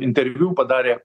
interviu padarė